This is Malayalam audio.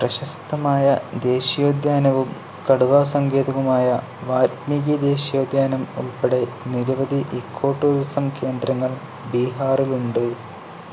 പ്രശസ്തമായ ദേശീയോദ്യാനവും കടുവ സങ്കേതവുമായ വാൽമീകി ദേശീയോദ്യാനം ഉൾപ്പെടെ നിരവധി ഇക്കോടൂറിസം കേന്ദ്രങ്ങൾ ബീഹാറിലുണ്ട്